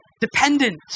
dependent